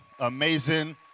amazing